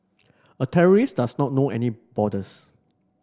a terrorist does not know any borders